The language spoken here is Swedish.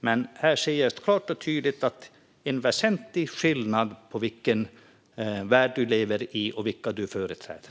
Men här ser jag klart och tydligt en väsentlig skillnad som visar vilken värld du lever i och vilka du företräder.